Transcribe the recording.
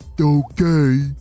Okay